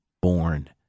born